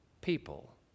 people